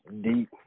deep